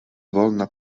wolna